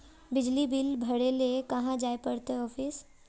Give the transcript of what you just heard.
बिजली बिल भरे ले कहाँ जाय पड़ते ऑफिस?